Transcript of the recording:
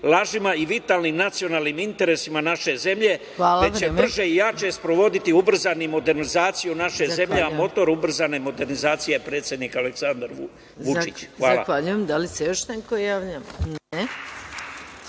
lažima i vitalnim nacionalnim interesima naše zemlje, već će brže i jače sprovoditi ubrzanu modernizaciju naše zemlje, a motor ubrzane modernizacije je predsednik Aleksandar Vučić. Hvala.